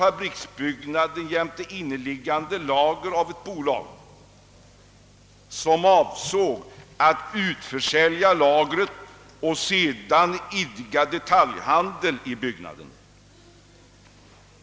Fabriksbyggnaden jämte inneliggande lager förvärvades av ett bolag, som avsåg att utförsälja lagret och sedan idka detaljhandel i byggnaden.